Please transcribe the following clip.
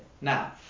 Now